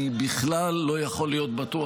אני בכלל לא יכול להיות בטוח,